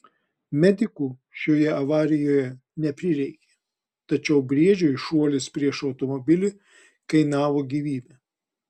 medikų šioje avarijoje neprireikė tačiau briedžiui šuolis prieš automobilį kainavo gyvybę